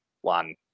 one